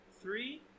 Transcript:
three